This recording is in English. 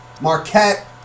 Marquette